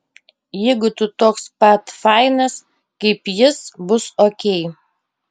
jeigu tu toks pat fainas kaip jis bus okei